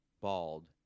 bald